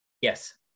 yes